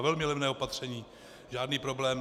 Velmi levné opatření, žádný problém.